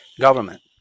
government